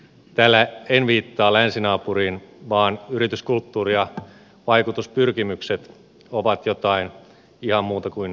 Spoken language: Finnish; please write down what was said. tällä en viittaa länsinaapuriin vaan yrityskulttuuri ja vaikutuspyrkimykset ovat jotain ihan muuta kuin länsimaisia